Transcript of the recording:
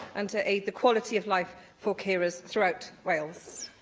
and to aid the quality of life for carers throughout wales?